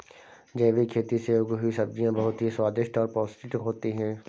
जैविक खेती से उगी हुई सब्जियां बहुत ही स्वादिष्ट और पौष्टिक होते हैं